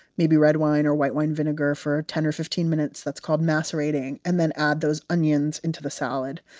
maybe red wine or white wine vinegar for ten or fifteen minutes. that's called macerating. and then add those onions into the salad.